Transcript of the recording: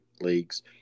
leagues